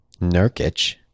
Nurkic